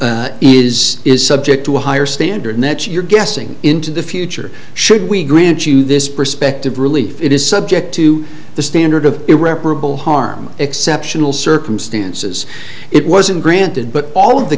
is is subject to a higher standard that you're guessing into the future should we grant you this perspective relief it is subject to the standard of irreparable harm exceptional circumstances it wasn't granted but all of the